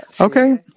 Okay